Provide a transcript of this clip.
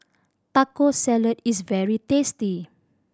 Taco Salad is very tasty